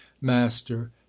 master